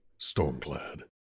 Stormclad